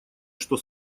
что